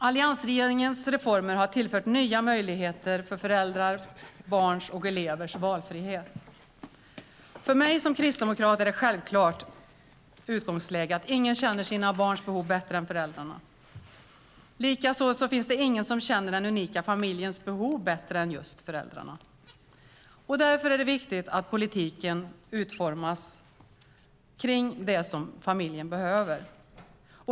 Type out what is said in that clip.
Alliansregeringens reformer har tillfört nya möjligheter för föräldrars, barns och elevers valfrihet. För mig som kristdemokrat är det ett självklart utgångsläge att ingen känner sina barns behov bättre än föräldrarna. Likaså finns det ingen som känner den unika familjens behov bättre än just föräldrarna. Därför är det viktigt att politiken utformas kring det som familjen behöver.